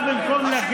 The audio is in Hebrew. למה?